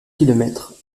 kilomètres